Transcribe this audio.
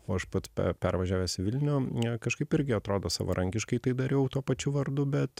o aš pats pervažiavęs į vilnių kažkaip irgi atrodo savarankiškai tai dariau tuo pačiu vardu bet